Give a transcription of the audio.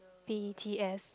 B E T S